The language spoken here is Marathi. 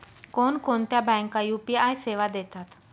कोणकोणत्या बँका यू.पी.आय सेवा देतात?